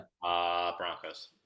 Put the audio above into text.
broncos